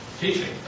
Teaching